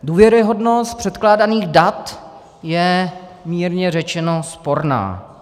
Důvěryhodnost předkládaných dat je mírně řečeno sporná.